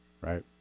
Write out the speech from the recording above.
right